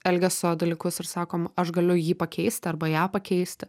elgesio dalykus ir sakom aš galiu jį pakeisti arba ją pakeisti